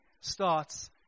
starts